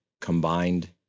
combined